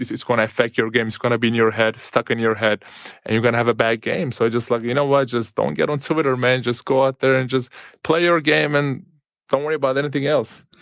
it's going to affect your game. it's going to be in your head, stuck in your head, and you're going to have a bad game. so it just like, you know what, just don't get on twitter, man, just go out there and just play your game and don't worry about anything else.